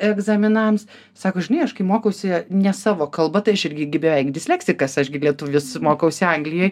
egzaminams sako žinai aš kai mokausi ne savo kalba tai aš irgi gi beveik disleksikas aš gi lietuvis mokausi anglijoj